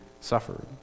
suffered